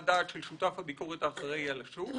דעת של שותף הביקורת האחראי על התיק".